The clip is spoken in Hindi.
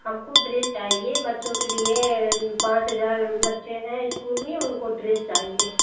हमको ड्रेस चाहिए बच्चों के लिए पाँच हज़ार बच्चे हैं स्कूल में उनको ड्रेस चाहिए